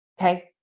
Okay